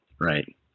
right